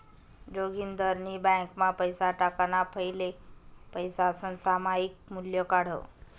जोगिंदरनी ब्यांकमा पैसा टाकाणा फैले पैसासनं सामायिक मूल्य काढं